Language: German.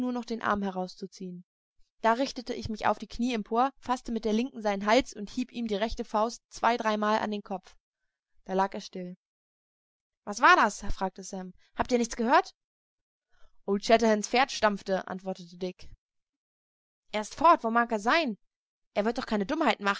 noch den arm herauszuziehen da richtete ich mich auf die kniee empor faßte mit der linken seinen hals und hieb ihm die rechte faust zwei dreimal an den kopf da lag er still was war das fragte sam habt ihr nichts gehört old shatterhands pferd stampfte antwortete dick er ist fort wo er sein mag er wird doch keine dummheiten